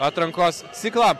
atrankos ciklą